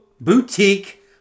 Boutique